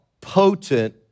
potent